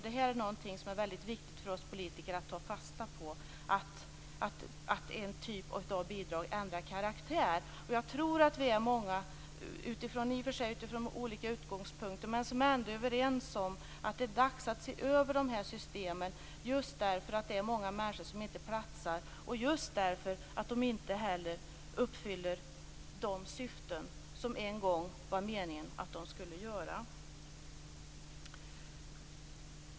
Det här är någonting som är mycket viktigt för oss politiker att ta fasta på, att en typ av bidrag ändrar karaktär. Jag tror att många av oss är överens, i och för sig från olika utgångspunkter, om att det är dags att se över de här systemen, just därför att många människor inte platsar och just därför att systemen inte fyller de syften som det en gång var meningen att de skulle göra.